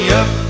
up